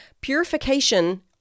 purification